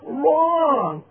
wrong